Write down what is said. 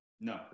No